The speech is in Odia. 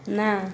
ନା